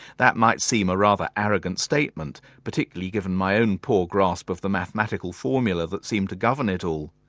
that might seem a rather arrogant statement, particularly given my own poor grasp of the mathematical formulae that seem to govern it all.